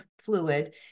fluid